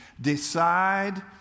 decide